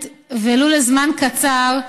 ולו לזמן קצר,